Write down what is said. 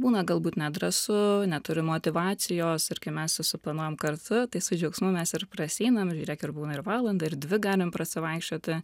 būna galbūt nedrąsu neturi motyvacijos ir kai mes susiplanuojam kartu tai su džiaugsmu mes ir prasieinam žiūrėk ir būna ir valandą ir dvi galim prasivaikščioti